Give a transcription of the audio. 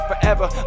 forever